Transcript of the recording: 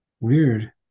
weird